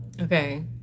Okay